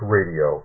Radio